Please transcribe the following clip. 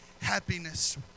happiness